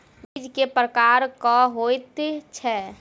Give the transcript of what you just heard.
बीज केँ प्रकार कऽ होइ छै?